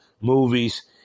movies